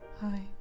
Hi